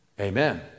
Amen